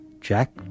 Jack